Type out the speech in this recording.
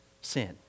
sin